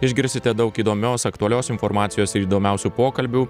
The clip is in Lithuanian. išgirsite daug įdomios aktualios informacijos ir įdomiausių pokalbių